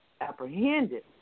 apprehended